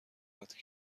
وقتی